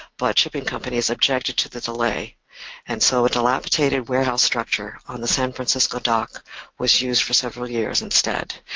but shipping companies objected to the delay and so a dilapidated warehouse structure on the san francisco dock was used for several years instead.